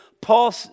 Paul